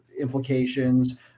implications